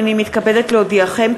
הנני מתכבדת להודיעכם,